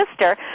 sister